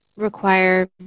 require